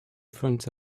front